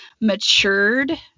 matured